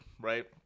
right